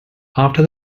after